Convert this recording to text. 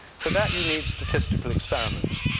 for that you need statistical experiments,